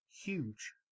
huge